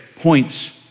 points